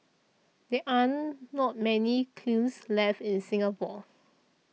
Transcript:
there are not many kilns left in Singapore